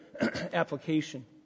application